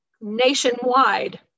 nationwide